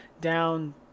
down